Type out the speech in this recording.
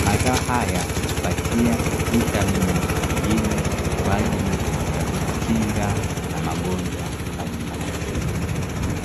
mazao haya hutupatia vitamini mwilini kwa ajili kutukinga na magonjwa mbalimbali.